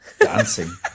dancing